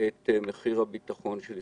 את מחיר הביטחון של ישראל.